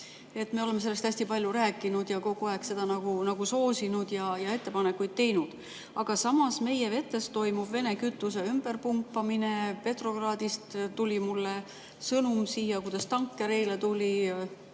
Me oleme sellest hästi palju rääkinud ja kogu aeg seda soosinud ja ettepanekuid teinud. Aga samas meie vetes toimub Vene kütuse ümberpumpamine. Petrogradist tuli mulle sõnum, et eile tuli